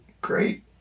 Great